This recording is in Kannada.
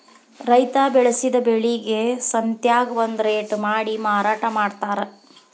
ರೈತಾ ಬೆಳಸಿದ ಬೆಳಿಗೆ ಸಂತ್ಯಾಗ ಒಂದ ರೇಟ ಮಾಡಿ ಮಾರಾಟಾ ಮಡ್ತಾರ